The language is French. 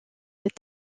des